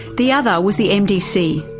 the other was the mdc,